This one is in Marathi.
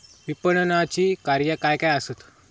विपणनाची कार्या काय काय आसत?